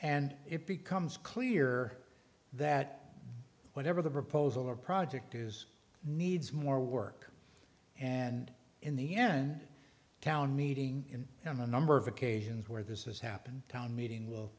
and it becomes clear that whatever the proposal or project is needs more work and in the end town meeting in them a number of occasions where this has happened town meeting will